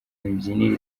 imibyinire